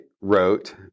wrote